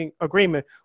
agreement